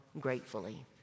gratefully